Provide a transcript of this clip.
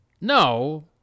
No